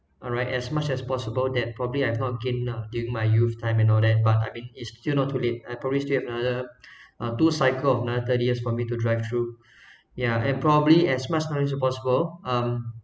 alright as much as possible that probably I'm not keen lah during my youth time and all that but I mean it's still not too late I probably still have another uh two cycle of now thirty years for me to drive through ya and probably as much time as possible um